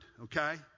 okay